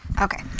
okay,